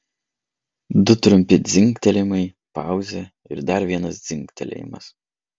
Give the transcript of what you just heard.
du trumpi dzingtelėjimai pauzė ir dar vienas dzingtelėjimas